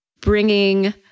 bringing